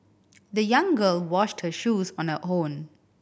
the young girl washed her shoes on her own